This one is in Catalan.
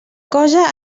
cosa